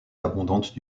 abondantes